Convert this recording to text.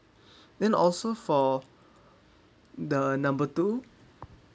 then also for the number two